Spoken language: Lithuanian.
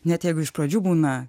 net jeigu iš pradžių būna